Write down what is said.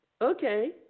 Okay